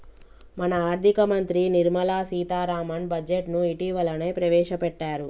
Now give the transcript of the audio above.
మన ఆర్థిక మంత్రి నిర్మల సీతారామన్ బడ్జెట్ను ఇటీవలనే ప్రవేశపెట్టారు